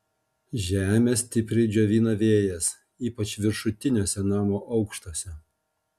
žemę stipriai džiovina vėjas ypač viršutiniuose namo aukštuose